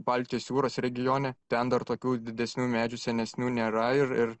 baltijos jūros regione ten dar tokių didesnių medžių senesnių nėra ir ir